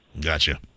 Gotcha